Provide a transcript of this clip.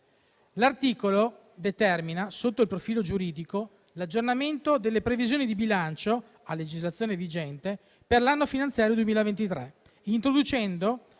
L'articolo determina, sotto il profilo giuridico, l'aggiornamento delle previsioni di bilancio a legislazione vigente per l'anno finanziario 2023, introducendo